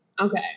Okay